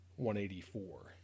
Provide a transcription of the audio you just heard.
184